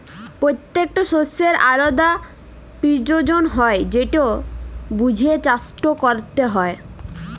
পত্যেকট শস্যের আলদা পিরয়োজন হ্যয় যেট বুঝে চাষট ক্যরতে হয়